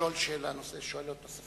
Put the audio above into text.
לשאול שאלות נוספות.